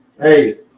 Hey